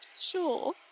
Sure